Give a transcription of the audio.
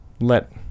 let